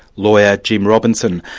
lawyer, jim robinson,